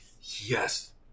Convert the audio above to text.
Yes